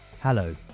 Hello